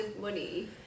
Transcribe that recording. money